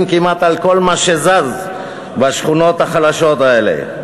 כמעט על כל מה שזז בשכונות החלשות האלה.